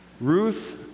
Ruth